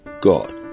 God